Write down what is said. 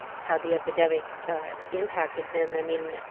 how the epidemic impacted him. i mean,